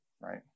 right